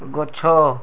ଗଛ